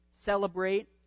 celebrate